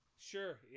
Sure